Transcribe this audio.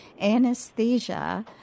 anesthesia